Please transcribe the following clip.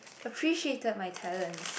appreciated my talents